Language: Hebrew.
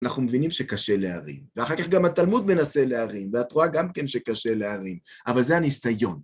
אנחנו מבינים שקשה להרים, ואחר כך גם התלמוד מנסה להרים, ואת רואה גם כן שקשה להרים, אבל זה הניסיון.